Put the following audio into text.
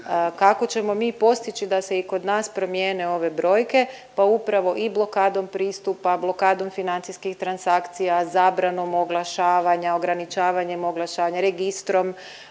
Kako ćemo mi postići da se i kod nas promijene ove brojke, pa upravo i blokadom pristupa, blokadom financijskih transakcija, zabranom oglašavanja, ograničavanjem oglašavanja, registrom